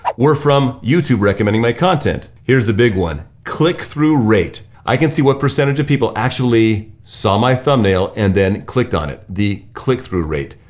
were from youtube recommending my content. here's the big one, click through rate. i can see what percentage of people actually saw my thumb nail and then clicked on it. the click through rate.